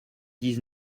dix